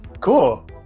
cool